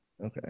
Okay